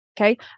okay